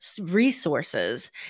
resources